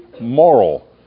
moral